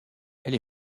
elle